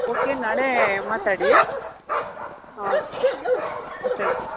okay ನಾಳೆ ಮಾತಾಡಿ ಹಾಂ ಓಕೆ ತ್ಯಾಂಕ್ ಯು